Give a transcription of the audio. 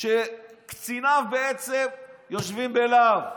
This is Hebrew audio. שקציניו יושבים בלהב.